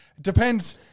depends